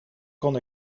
kon